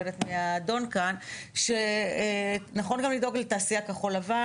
אני לא יודעת מי האדום כאן שנכון גם לדאוג לתעשיית כחול-לבן,